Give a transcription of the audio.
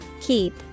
Keep